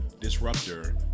disruptor